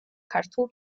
ქართულ